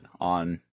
on